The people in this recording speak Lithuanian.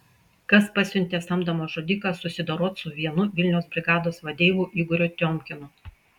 kas pasiuntė samdomą žudiką susidoroti su vienu vilniaus brigados vadeivų igoriu tiomkinu